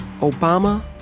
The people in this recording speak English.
Obama